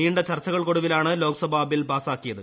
നീണ്ട ചർച്ചകൾക്കൊടുവിലാണ് ലോക്സഭ ബിൽ പാസ്സാക്കിയത്